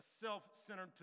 self-centered